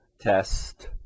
test